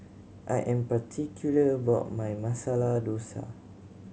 I am particular about my Masala Dosa